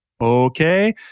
okay